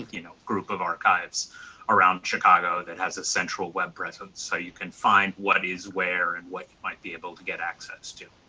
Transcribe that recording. you know, group of archives around chicago that has essential web preference so you can find what is where and what might be able to get access to?